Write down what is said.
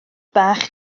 bach